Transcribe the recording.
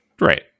right